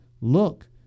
Look